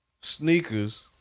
sneakers